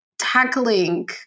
tackling